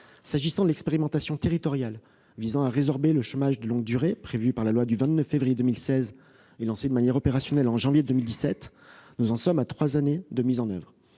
chômage. L'expérimentation territoriale visant à résorber le chômage de longue durée, prévue par la loi du 29 février 2016, a été lancée de manière opérationnelle en janvier 2017. Nous en sommes donc à trois années de mise en oeuvre.